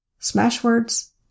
Smashwords